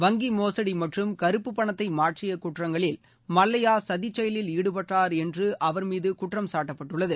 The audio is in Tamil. வங்கி மோசுடி மற்றும் கருப்பு பணத்தை மாற்றிய குற்றங்களில் மல்லையா சதிச் செயலில் ஈடுபட்டார் என்று அவர் மீது குற்றம் சாட்டப்பட்டுள்ளது